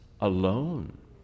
Alone